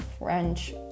French